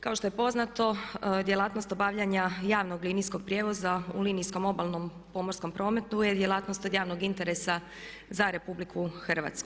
Kao što je poznato, djelatnost obavljanja javnog linijskog prijevoza u linijskom obalnom pomorskom prometu je djelatnost od javnog interesa za RH.